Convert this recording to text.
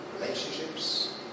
Relationships